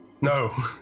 no